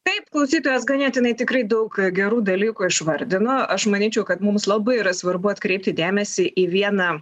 taip klausytojas ganėtinai tikrai daug gerų dalykų išvardino aš manyčiau kad mums labai yra svarbu atkreipti dėmesį į vieną